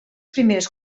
primeres